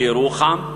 בירוחם,